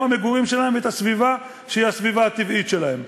המגורים שלהם ואת הסביבה שהיא הסביבה הטבעית שלהם.